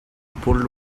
pulled